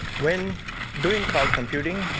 when doing crowd computing,